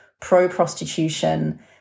pro-prostitution